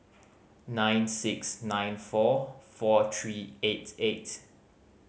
nine six nine four four three eight eight